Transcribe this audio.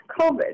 COVID